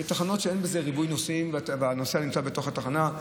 ויש תחנות שאין בהן ריבוי נוסעים והנוסע נמצא בתוך התחנה,